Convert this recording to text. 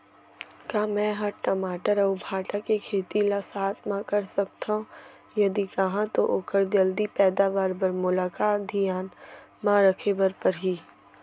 का मै ह टमाटर अऊ भांटा के खेती ला साथ मा कर सकथो, यदि कहाँ तो ओखर जलदी पैदावार बर मोला का का धियान मा रखे बर परही?